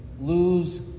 lose